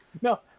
No